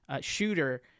shooter